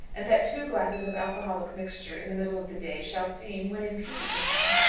and that two glasses of alcoholic mixture in the middle of the day shall seem, when imputed to him,